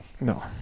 No